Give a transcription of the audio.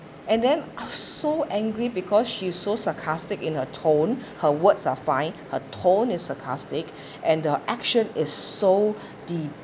and then so angry because she's so sarcastic in her tone her words are fine her tone is sarcastic and the action is so de~